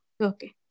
Okay